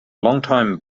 longtime